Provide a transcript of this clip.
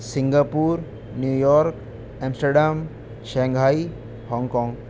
Singapore New York Amsterdam Shanghai Hong Kong